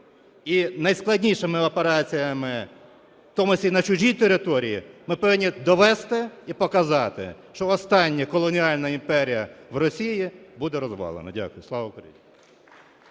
і найскладнішими операціями, в тому числі і на чужій території, ми повинні довести і показати, що остання колоніальна імперія в Росії буде розвалена. Дякую. Слава Україні!